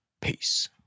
Peace